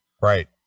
Right